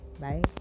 bye